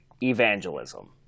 evangelism